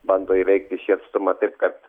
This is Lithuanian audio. bando įveikti šį atstumą taip kad